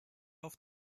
auf